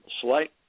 slight